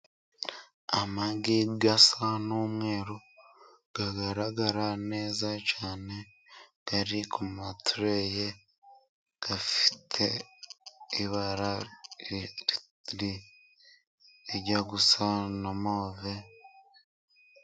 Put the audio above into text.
Amagi asa n'umweru， agaragara neza cyane， ari ku matureyi，afite ibara rijya gusa na move.